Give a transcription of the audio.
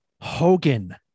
Hogan